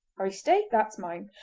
i stay, that's mine!